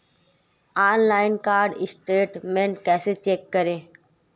Online card statement कैसे check करें?